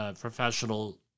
professional